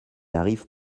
arrive